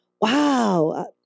wow